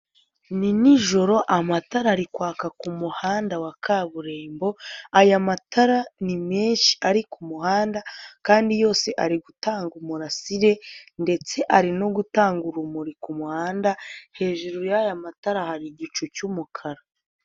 Ni nijoro amatara arikwaka ku muhanda wa kaburimbo, aya matara ni menshi ari ku muhanda kandi yose ari gutanga umurasire ndetse ari no gutanga urumuri ku muhanda, hejuru y'aya matara hari igicu cy'umukara.